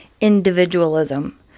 individualism